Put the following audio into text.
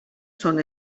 són